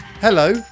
hello